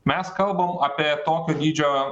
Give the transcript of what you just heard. mes kalbam apie tokio dydžio